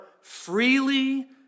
freely